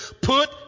put